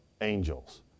angels